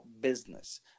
business